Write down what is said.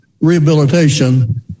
rehabilitation